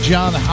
John